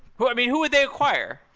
who um yeah who would they acquire?